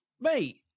Mate